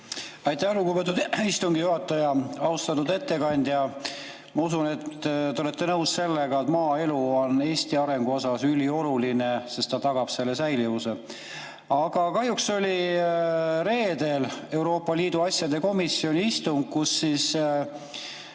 Aitäh, lugupeetud istungi juhataja! Austatud ettekandja! Ma usun, et te olete nõus sellega, et maaelu on Eesti arenguks ülioluline, sest ta tagab selle säilivuse. Aga kahjuks oli reedel Euroopa Liidu asjade komisjoni istung, kus valitsus